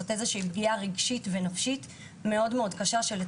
זו איזושהי פגיעה רגשית ונפשית מאוד קשה שאין לה מודעות,